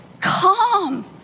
calm